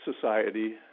society